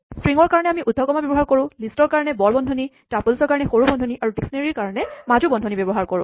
ষ্ট্ৰিঙৰ কাৰণে আমি ঊদ্ধকমা সমূহ ব্যৱহাৰ কৰোঁ লিষ্টৰ কাৰণে বৰ বন্ধনী টাপল্ছৰ কাৰণে সৰু বন্ধনী আৰু ডিস্কনেৰীঅভিধানৰ কাৰণে মাজু বন্ধনী ব্যৱহাৰ কৰোঁ